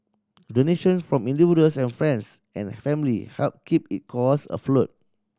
donation from individuals and friends and family helped keep his cause afloat